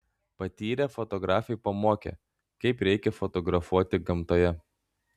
patyrę fotografai pamokė kaip reikia fotografuoti gamtoje